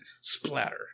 splatter